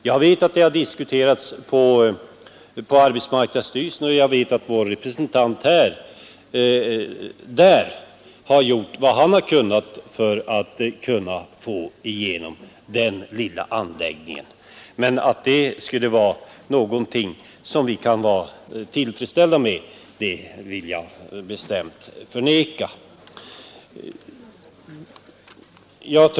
Jag vet att saken har diskuterats inom arbetsmarknadsstyrelsen och att vår representant där har gjort vad han kunnat för att få till stånd den lilla anläggningen. Men att det skulle vara någonting som vi kan vara tillfredsställda med vill jag bestämt förneka.